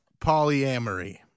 polyamory